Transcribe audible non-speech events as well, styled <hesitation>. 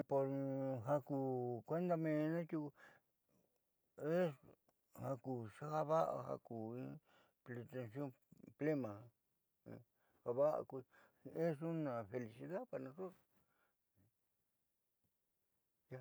Ja ku kuenda menna tiuku es ja ku java'a se agrego el <hesitation> <unintelligible> es una felicidad para nosotros.